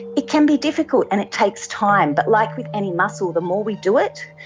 it can be difficult and it takes time, but like with any muscle, the more we do it,